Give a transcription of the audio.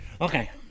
Okay